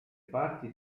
parti